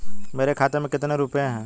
मेरे खाते में कितने रुपये हैं?